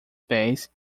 pés